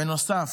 בנוסף,